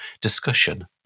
discussion